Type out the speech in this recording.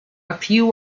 few